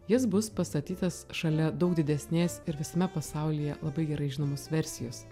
jis bus pastatytas šalia daug didesnės ir visame pasaulyje labai gerai žinomos versijos